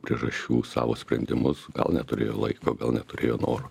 priežasčių savo sprendimus gal neturėjo laiko gal neturėjo noro